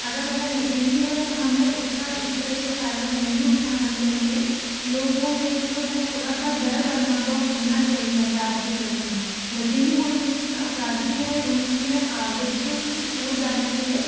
अगर वह लचीली है तो हमें उसका इस तरह से फायदा नहीं उठाना चाहिए लोगों में जो है थोड़ा सा डर बना हुआ होना चाहिए अपराध के प्रति लचीली होने से जो अपराधी है उन में आदत कुछ हो जाती है